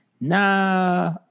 nah